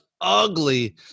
ugly